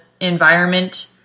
environment